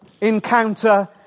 encounter